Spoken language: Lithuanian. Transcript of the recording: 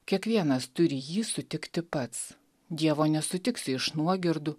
kiekvienas turi jį sutikti pats dievo nesutiksi iš nuogirdų